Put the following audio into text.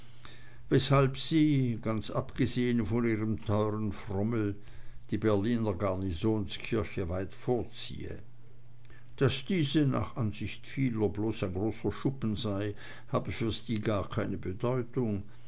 weshalb sie ganz abgesehn von ihrem teuren frommel die berliner garnisonkirche weit vorziehe daß diese nach ansicht vieler bloß ein großer schuppen sei habe für sie gar keine bedeutung